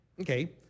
Okay